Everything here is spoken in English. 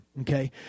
okay